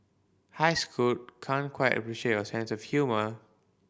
hi Scoot can't quite appreciate your sense of humour